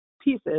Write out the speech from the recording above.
pieces